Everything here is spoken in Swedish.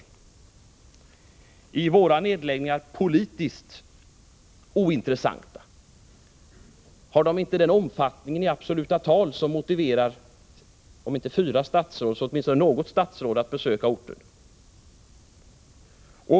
Är våra nedläggningar politiskt ointressanta? Har de inte den omfattningen i absoluta tal som motiverar besök på orten av, om inte fyra, så åtminstone något statsråd?